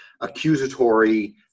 accusatory